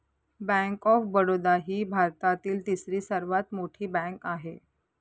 bank of Baroda ही भारतातील तिसरी सर्वात मोठी बँक आहे